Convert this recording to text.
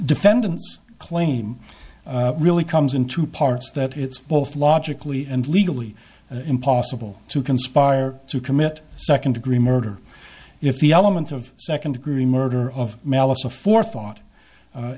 defendant claim really comes in two parts that it's both logically and legally impossible to conspire to commit second degree murder if the elements of second degree murder of malice aforethought